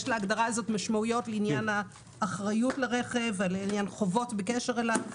יש להגדרה הזאת משמעויות לעניין האחריות לרכב ולעניין חובות בקשר אליו.